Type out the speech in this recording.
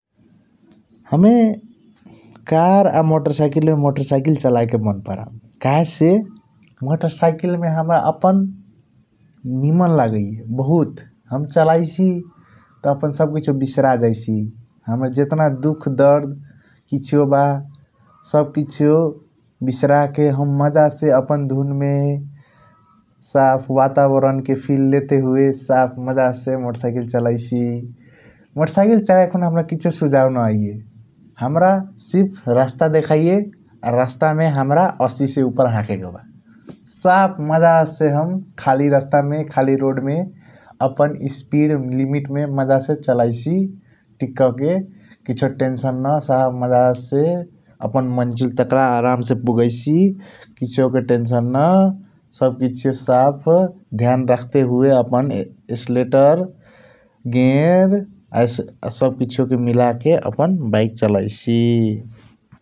हमे कर आ मोटरसाकल मे मोटरसाकल चलाया के मन परम कहेसे मोटरसाकल मे हाम्रा अपन निमन लागैया । बहुत चलाईसी त आपण बहुत कसीसीओ बिसरजाईसी हाम्रा जतन दुख दर जटना बा सब किसियों सब किसीओ बिसरके । हम मज़ा से आपण दून मे साफ वातावरण के फ़ील लेते हुया साफ मज़ा से मोटरसाकल चलाईसी मोटरसाकल चलाया खून । कसियों सुझाओ न आइय हाम्रा सिर्फ रास्ता देखाइया रास्ता मे हाम्रा असि के उप्पार हकेके बा साफ मज़ा से हम खाली रास्ता मे । खाली रोड मे अपना स्पीड लिमिट मे मज़ा से चलाईसी ठीक के किसियों टेंशन न मज़ा से अपना मजिल तकला आराम से पुगाईसी । कसियों के टेंशन न सब किसियों ढेन रखते हुया आपण स्लेटर गएर सब कसियों मिलके अपना बाइक चलाईसी ।